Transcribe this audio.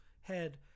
head